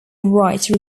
write